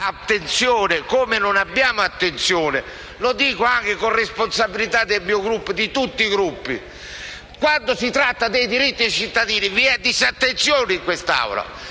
attenzione, così come non abbiamo attenzione tutti noi, con responsabilità del mio Gruppo e di tutti i Gruppi. Quando si tratta dei diritti dei cittadini vi è disattenzione in quest'Aula,